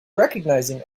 recognizing